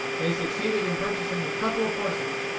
they succeeded in purchasing a couple of horses,